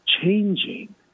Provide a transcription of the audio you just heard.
changing